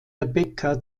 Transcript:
rebecca